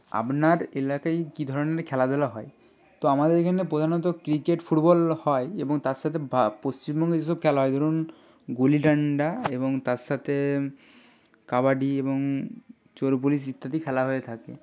আপনার এলাকায় কি ধরনের খেলাধূলা হয় তো আমাদের এখানে প্রধানত ক্রিকেট ফুটবল হয় এবং তার সাথে পশ্চিমবঙ্গে যেসব খেলা হয় ধরুন গুলি ডাণ্ডা এবং তার সাথে কাবাডি এবং চোর পুলিশ ইত্যাদি খেলা হয়ে থাকে